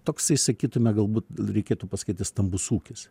toksai sakytume galbūt reikėtų pasakyti stambus ūkis